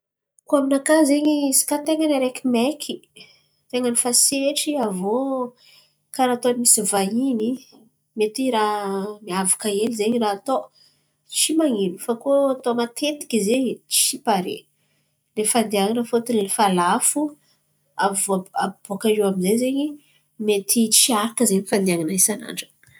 Koa aminakà zen̈y izy zen̈y tain̈a ny araiky maiky tain̈a ny fa setry. Aviô karà ataony misy vahiny mety raha miavaka ely zen̈y raha atô tsy man̈ino fa koa atô matetiky zen̈y tsy pare lay fandian̈ana. Fotiny efa lafo aviô Bòakaio amizay ze mety tsy araka fandianan̈a isan'andra.